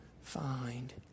find